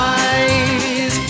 eyes